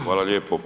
Hvala lijepo.